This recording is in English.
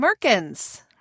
Merkins